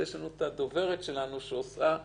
יש לנו את הדוברת שלנו שעושה חיל,